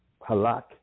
Halak